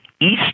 East